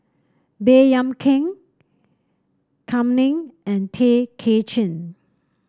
Baey Yam Keng Kam Ning and Tay Kay Chin